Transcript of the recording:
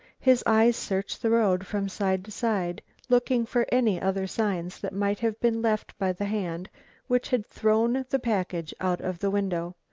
his eyes searched the road from side to side, looking for any other signs that might have been left by the hand which had thrown the package out of the window.